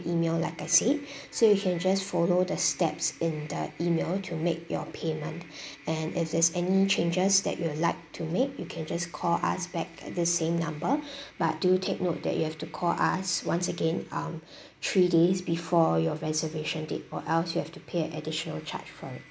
email like I said so you can just follow the steps in the email to make your payment and if there's any changes that you will like to make you can just call us back at the same number but do take note that you have to call us once again um three days before your reservation date or else you have to pay an additional charge for it